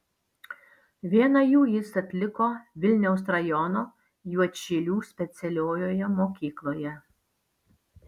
vieną jų jis atliko vilniaus rajono juodšilių specialiojoje mokykloje